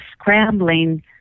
scrambling